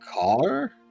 car